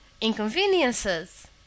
Inconveniences